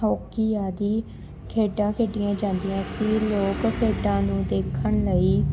hockey ਆਦਿ ਖੇਡਾਂ ਖੇਡੀਆਂ ਜਾਂਦੀਆਂ ਸੀ ਲੋਕ ਖੇਡਾਂ ਨੂੰ ਦੇਖਣ ਲਈ